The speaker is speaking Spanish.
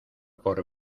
por